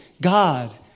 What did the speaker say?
God